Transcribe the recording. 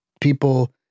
People